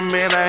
Man